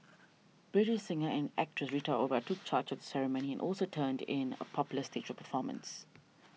British singer and actress Rita Ora took charge of the ceremony and also turned in a popular stage performance